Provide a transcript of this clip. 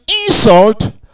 insult